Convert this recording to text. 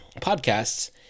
podcasts